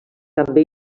també